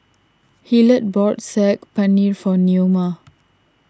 Hillard bought Saag Paneer for Neoma